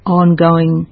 ongoing